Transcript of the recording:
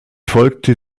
folgte